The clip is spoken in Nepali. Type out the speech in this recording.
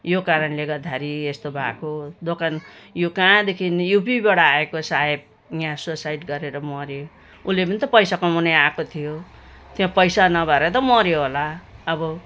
यो कारणले गर्दाखेरि यस्तो भएको दोकान यो कहाँदेखिन् युपीबाट आएको साहेब यहाँ सुसाइड गरेर मऱ्यो उसले पनि त पैसा कमाउनै आएको थियो त्यो पैसा नभएर त मऱ्यो होला अब